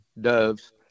doves